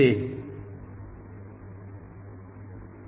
તે તમને અહીં અને બીજે ક્યાંકઅહીં ફરીથી બે નોડસ આપશે